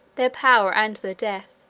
their power and their death,